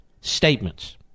statements